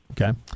Okay